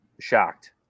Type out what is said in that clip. Shocked